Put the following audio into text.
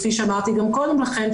כפי שאמרתי גם קודם לכן,